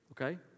Okay